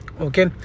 okay